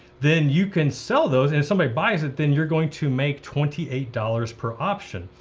then you can sell those, and if somebody buys it, then you're going to make twenty eight dollars per option.